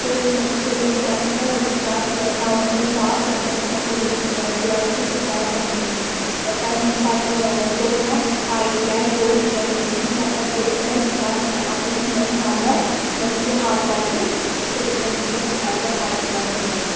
تہٕ مےٚ چھُ کوٚرمُت ٹؠنتھٕ زٕ ساس نوَس منٛز پاس تمہِ پتہٕ چھُ مےٚ کوٚرمُت ٹُویلتھٕ زٕ ساس بہَس منٛز تَمہِ پتہٕ کوٚر مےٚ I T I course dress making تمہِ پتہٕ کوٚرُکھ مےٚ زٕ ساس اَکوُہس منٛز خانٛدر مےٚ چھُ اکھ بچہِ تہٕ بہٕ چھس وٕنکیٚس ایز اَےٚ ہاوُس وایِف گَرِ